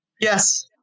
yes